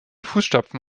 fußstapfen